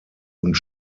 und